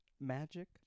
magic